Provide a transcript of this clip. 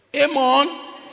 Amen